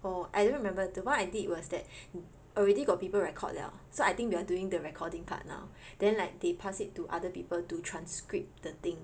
oh I don't remember the one I did was that already got people record 了 so I think we are doing the recording part now then like they pass it to other people to transcript the thing